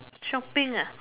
shopping ah